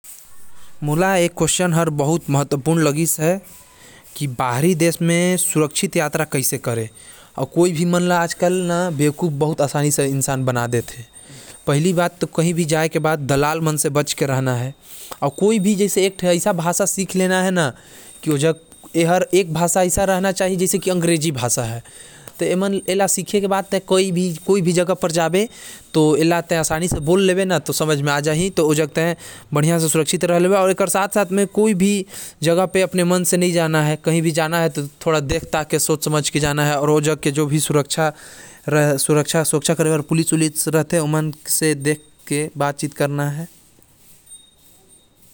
कही बाहर घूमे से पहले कुछ बात के ध्यान रखना जरूरी हवे- जैसे कि हमन ला दलाल मन से बच के रहना हवे। जहा घूमे जात ही वहा के भाषा सीखना जरूरी हवे अउ बिना जांच किये बिना कहियों जाना सही नही हवे।